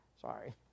Sorry